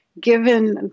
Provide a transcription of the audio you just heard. given